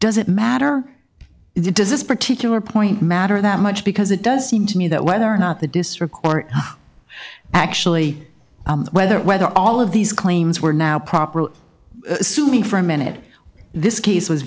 does it matter if he does this particular point matter that much because it does seem to me that whether or not the district court actually whether whether all of these claims were now properly sue me for a minute this case was